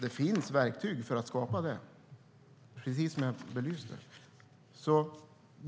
Det finns verktyg för att skapa det, precis som jag belyser.